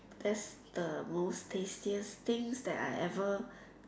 that's the most tastiest things that I ever